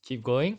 keep going